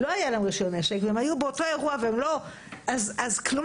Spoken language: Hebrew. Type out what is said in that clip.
והם היו באותו אירוע והם לא --- אז כלום